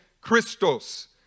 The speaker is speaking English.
Christos